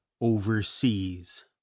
overseas